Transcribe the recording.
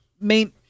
main